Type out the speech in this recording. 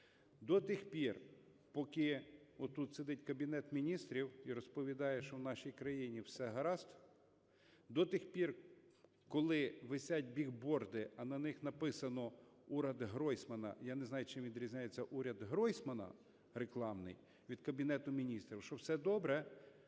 До тих пір, поки отут сидить Кабінет Міністрів і розповідає, що в нашій країні все гаразд, до тих пір, коли висять білборди, а на них написано: "Уряд Гройсмана…" Я не знаю, чим відрізняється уряд Гройсмана рекламний від Кабінету Міністрів, що все добре.